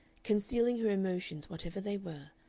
concealing her emotions whatever they were,